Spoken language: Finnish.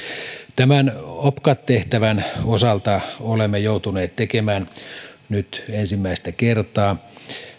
tämän opcat tehtävän osalta olemme joutuneet tekemään nyt ensimmäistä kertaa